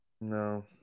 No